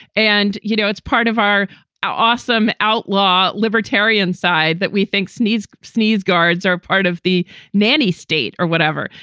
and, you know, it's part of our our awesome outlaw libertarian side that we think needs sneeze guards are part of the nanny state or whatever,